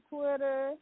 Twitter